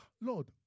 Lord